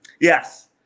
Yes